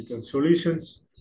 Solutions